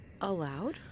allowed